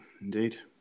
Indeed